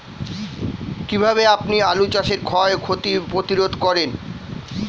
কীভাবে আপনি আলু চাষের ক্ষয় ক্ষতি প্রতিরোধ করেন?